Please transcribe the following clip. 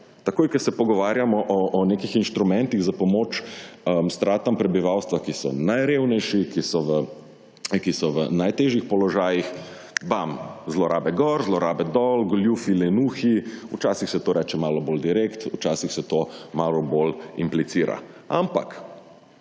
takoj, ko se pogovarjamo o nekih inštrumentih za pomoč stratam prebivalstva, ki so najrevnejši, ki so v najtežjih položajih, bam, zlorabe gor, zlorabe dol, goljufi in lenuhi, včasih se to reče malo bolj direkt, včasih se to malo bolj implicira. Ampak